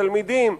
תלמידים.